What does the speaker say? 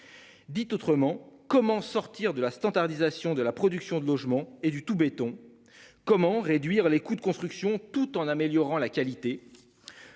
Dit autrement, comment sortir de la standardisation de la production de logements et du tout béton. Comment réduire les coûts de construction, tout en améliorant la qualité.